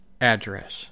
address